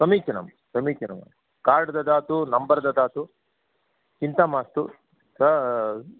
समीचीनं समीचीनं कार्ड् ददातु नम्बर् ददातु चिन्ता मास्तु स